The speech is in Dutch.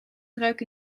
breuk